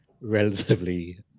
relatively